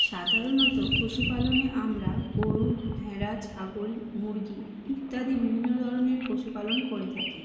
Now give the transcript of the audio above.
সাধারণত পশুপালনে আমরা গরু ভেড়া ছাগল মুরগি ইত্যাদি বিভিন্ন ধরনের পশুপালন করে থাকি